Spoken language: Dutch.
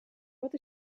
wat